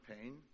pain